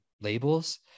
Labels